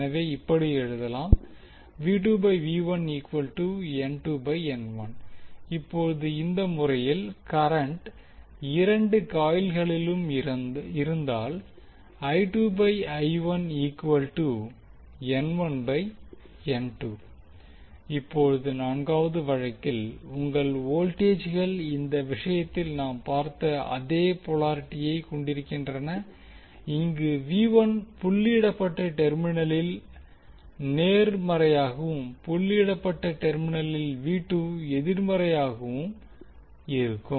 எனவே இப்படி எழுதுவோம் இப்போது இந்த முறையில் கரண்ட் இரண்டு காயில்களிலும் இருந்தால் இப்போது நான்காவது வழக்கில் உங்கள் வோல்டேஜ்கள் இந்த விஷயத்தில் நாம் பார்த்த அதே போலாரிட்டியை கொண்டிருக்கின்றன இங்கு V1 புள்ளியிடப்பட்ட டெர்மினலில் நேர்மறையாகவும் புள்ளியிடப்பட்ட டெர்மினலில் V2 எதிர்மறையாகவும் இருக்கும்